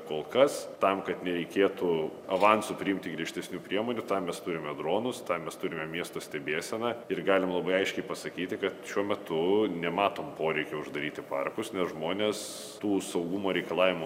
kol kas tam kad nereikėtų avansu priimti griežtesnių priemonių tam mes turime dronus tam mes turime miesto stebėseną ir galim labai aiškiai pasakyti kad šiuo metu nematom poreikio uždaryti parkus nes žmonės tų saugumo reikalavimų